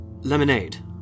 lemonade